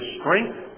strength